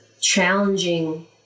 challenging